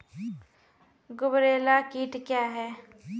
गुबरैला कीट क्या हैं?